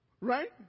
right